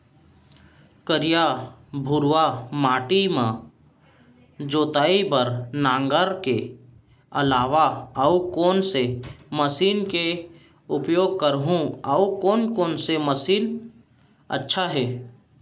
करिया, भुरवा माटी म जोताई बार नांगर के अलावा अऊ कोन से मशीन के उपयोग करहुं अऊ कोन कोन से मशीन अच्छा है?